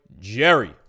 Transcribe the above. Jerry